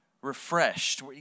refreshed